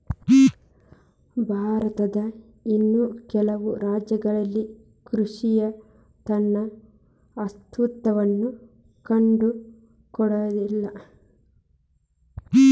ಭಾರತದ ಇನ್ನೂ ಕೆಲವು ರಾಜ್ಯಗಳಲ್ಲಿ ಕೃಷಿಯ ತನ್ನ ಅಸ್ತಿತ್ವವನ್ನು ಕಂಡುಕೊಂಡಿಲ್ಲ